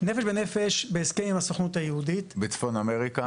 "נפש בנפש" בהסכם עם הסוכנות היהודית --- בצפון אמריקה.